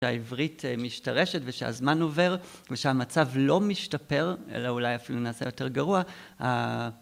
שהעברית משתרשת ושהזמן עובר ושהמצב לא משתפר אלא אולי אפילו נעשה יותר גרוע